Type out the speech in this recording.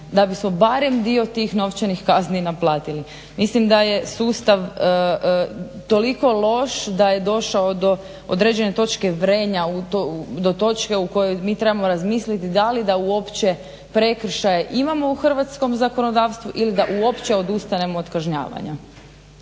da bismo barem dio tih novčanih kazni naplatili. Mislim da je sustav toliko loš da je došao do određene točke vrenja, do točke u kojoj mi trebamo razmisliti da li da uopće prekršaje imamo u hrvatskom zakonodavstvu ili da uopće odustanemo od kažnjavanja.